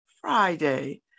Friday